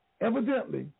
evidently